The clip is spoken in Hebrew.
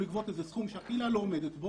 לגבות איזה סכום שהקהילה לא עומדת בו,